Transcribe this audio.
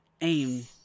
aim